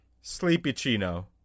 Sleepy-chino